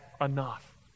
enough